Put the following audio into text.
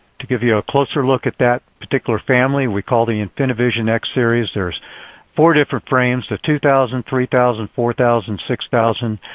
to give you a closer look at that particular family, we call the infiniivision x-series, there are four different frames, the two thousand, three thousand, four thousand and six thousand.